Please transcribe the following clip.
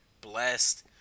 Blessed